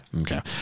okay